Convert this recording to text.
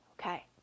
Okay